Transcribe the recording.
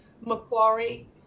Macquarie